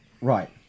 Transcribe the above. Right